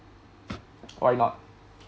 why not